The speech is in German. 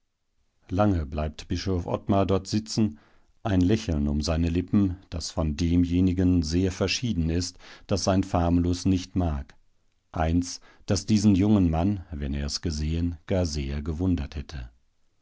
lange bleibt bischof ottmar dort sitzen ein lächeln um seine lippen das von demjenigen sehr verschieden ist das sein famulus nicht mag eins das diesen jungen mann wenn er es gesehen gar sehr gewundert hätte